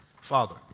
Father